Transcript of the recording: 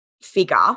figure